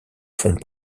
font